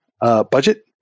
budget